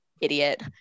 idiot